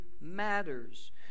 matters